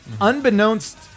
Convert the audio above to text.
unbeknownst